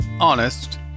honest